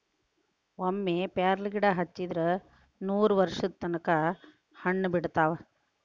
ಒಮ್ಮೆ ಪ್ಯಾರ್ಲಗಿಡಾ ಹಚ್ಚಿದ್ರ ನೂರವರ್ಷದ ತನಕಾ ಹಣ್ಣ ಬಿಡತಾವ